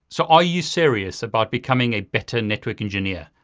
so, are you serious about becoming a better network engineer?